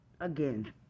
Again